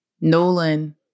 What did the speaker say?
Nolan